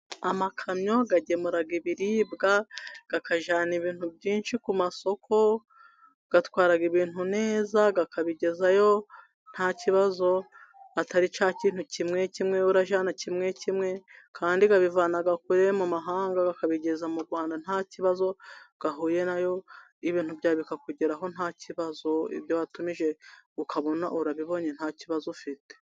Amakamyo agagemura ibiribwa, akajyana ibintu byinshi ku masoko, atwara ibintu neza, akabigezayo nta kibazo, atari cya kintu kimwe kimwe urajyana kimwe kimwe, kandi babivana kure mu mahanga bakabigeza mu Rwanda nta kibazo ahuye nacyo, ibintu byawe bikakugeraho nta kibazo, ibyo watumije ukabona urabibonye nta kibazo ufite.